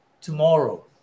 tomorrow